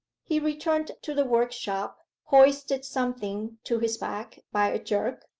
he returned to the workshop, hoisted something to his back by a jerk,